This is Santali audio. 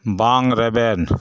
ᱵᱟᱝ ᱨᱮᱵᱮᱱ